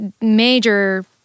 major